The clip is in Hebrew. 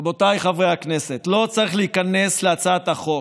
רבותיי חברי הכנסת, לא צריך להיכנס להצעת החוק.